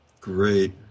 Great